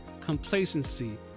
complacency